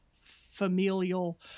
familial